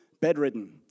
bedridden